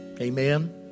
Amen